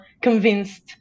convinced